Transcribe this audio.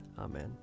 Amen